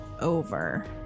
over